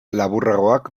laburragoak